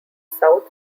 south